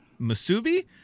masubi